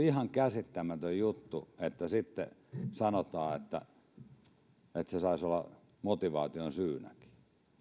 ihan käsittämätön juttu että sitten sanotaan että se saisi olla motivaation syynäkin